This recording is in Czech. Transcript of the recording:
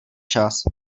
čas